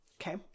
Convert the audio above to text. Okay